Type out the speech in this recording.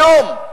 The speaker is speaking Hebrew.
היום.